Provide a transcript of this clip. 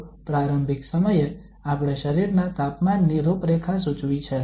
તો પ્રારંભિક સમયે આપણે શરીરના તાપમાનની રૂપરેખા સૂચવી છે